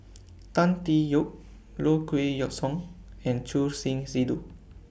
Tan Tee Yoke Low Kway Song and Choor Singh Sidhu